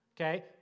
okay